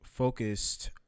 Focused